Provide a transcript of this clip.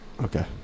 Okay